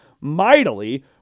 mightily